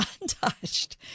untouched